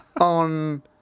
on